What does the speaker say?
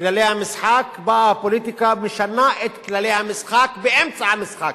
כללי המשחק באה הפוליטיקה ומשנה את כללי המשחק באמצע המשחק.